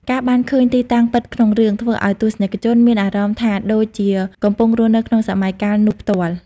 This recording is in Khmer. ការបានឃើញទីតាំងពិតក្នុងរឿង ធ្វើឲ្យទស្សនិកជនមានអារម្មណ៍ថាដូចជាកំពុងរស់នៅក្នុងសម័យកាលនោះផ្ទាល់។